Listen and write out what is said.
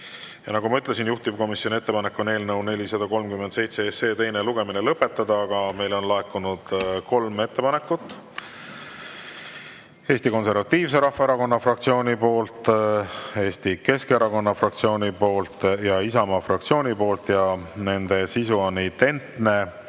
Nagu ma ütlesin, juhtivkomisjoni ettepanek on eelnõu 437 teine lugemine lõpetada, aga meile on laekunud kolm ettepanekut: Eesti Konservatiivse Rahvaerakonna fraktsiooni poolt, Eesti Keskerakonna fraktsiooni poolt ja Isamaa fraktsiooni poolt ja nende sisu on identne.